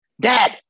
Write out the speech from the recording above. Dad